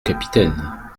capitaine